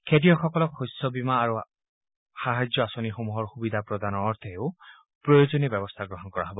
খেতিয়কসকলক শস্য বীমা আৰু সাহায্য আঁচনিসমূহৰ সুধিবা প্ৰদানৰ অৰ্থে প্ৰয়োজনীয় ব্যৱস্থাও গ্ৰহণ কৰা হ'ব